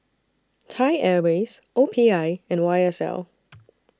Thai Airways O P I and Y S L